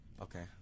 Okay